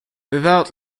without